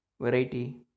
variety